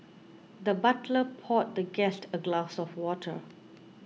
the butler poured the guest a glass of water